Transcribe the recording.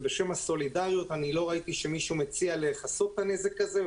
ובשם הסולידריות אני לא ראיתי שמישהו הציע לכסות את הנזק הזה,